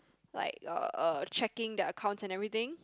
like uh uh checking their accounts and everything